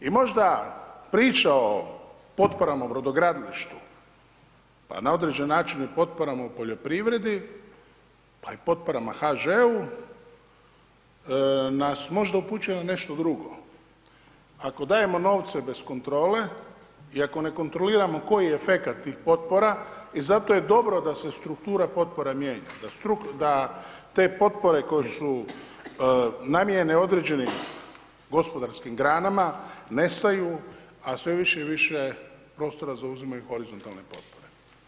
I možda priča o potporama u brodogradilištu, pa na određen način i potporama u poljoprivredi, pa i potporama HŽ-u nas možda upućuje na nešto drugo, ako dajemo novce bez kontrole i ako ne kontroliramo koji je efekat tih potpora i zato je dobro da se struktura potpore mijenja, da te potpore koje su namijenjene određenim gospodarskim granama nestaju, a sve više i više prostora zauzimaju horizontalne potpore.